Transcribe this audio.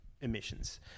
emissions